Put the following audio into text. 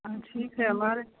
हाँ ठीक है हमारे